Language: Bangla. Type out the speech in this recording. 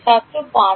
ছাত্র ৫